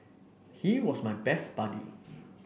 he was my best buddy